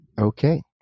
okay